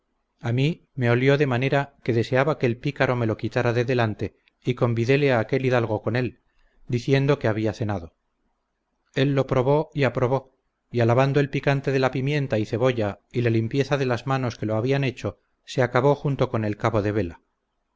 a mí me olió de manera que deseaba que el pícaro me lo quitara de delante y convidéle a aquel hidalgo con él diciendo que había cenado él lo probó y aprobó y alabando el picante de la pimienta y cebolla y la limpieza de las manos que lo habían hecho se acabó junto con el cabo de vela